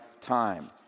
time